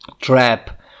trap